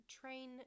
train